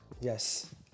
Yes